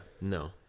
no